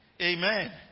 Amen